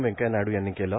व्यंकथ्या नायडू यांनी केलं